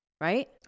right